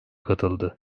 katıldı